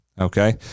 Okay